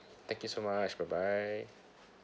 thank you so much bye bye